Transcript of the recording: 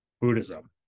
Buddhism